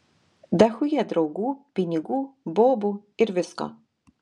dachuja draugų pinigų bobų ir visko